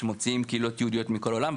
שמוציאות קהילות יהודיות מכל העולם.